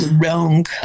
wrong